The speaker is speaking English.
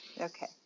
Okay